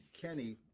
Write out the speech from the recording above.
Kenny